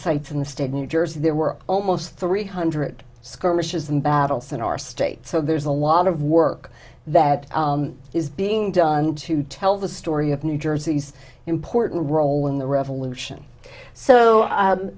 sites in the state new jersey there were almost three hundred skirmishes and battles in our state so there's a lot of work that is being done to tell the story of new jersey's important role in the revolution so